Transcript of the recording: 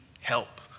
help